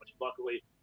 luckily